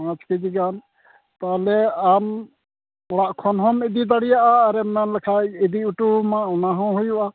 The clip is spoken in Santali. ᱯᱟᱸᱪ ᱠᱮᱡᱤ ᱜᱟᱱ ᱛᱟᱦᱚᱞᱮ ᱟᱢ ᱚᱲᱟᱜ ᱠᱷᱚᱱ ᱦᱚᱢ ᱤᱫᱤ ᱫᱟᱲᱮᱭᱟᱜᱼᱟ ᱟᱨᱮᱢ ᱢᱮᱱ ᱞᱮᱠᱷᱟᱡ ᱤᱫᱤ ᱚᱴᱚ ᱟᱹᱢᱟᱚᱱᱟ ᱦᱚᱸ ᱦᱩᱭᱩᱜᱼᱟ